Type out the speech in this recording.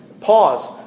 pause